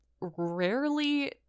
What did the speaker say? rarely